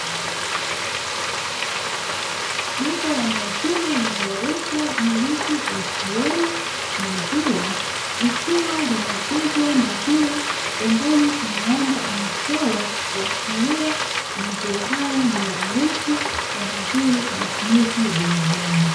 Duka la maziwa linaloitwa ''Milk ATM Maziwa'', likiwa linauza maziwa pembeni ng'ombe amechorwa kuashiria maziwa hayo ni halisi na mazuri kwa ajili ya matumizi ya binadamu.